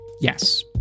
Yes